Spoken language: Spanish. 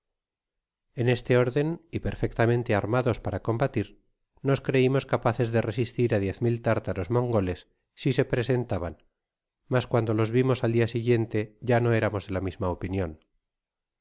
en este orden y perfectamente armados para combatir nos creimos capaces de resistir á diez mil tártaros mogoles si se presen taban mas cuando los vimos al dia siguiente ya no éramos de la misma opinion